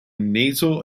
nasal